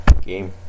game